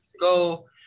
go